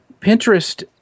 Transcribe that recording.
Pinterest